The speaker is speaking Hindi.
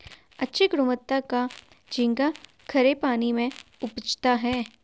अच्छे गुणवत्ता का झींगा खरे पानी में उपजता है